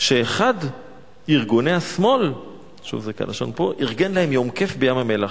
שאחד מארגוני השמאל ארגן להם יום כיף בים-המלח.